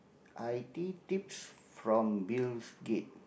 i_t tips from Bill-Gates